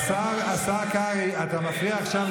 תעשה גוגל מה זה גימטרייה,